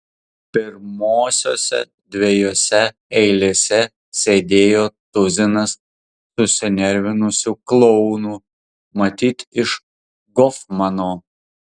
pirmosiose dviejose eilėse sėdėjo tuzinas susinervinusių klounų matyt iš gofmano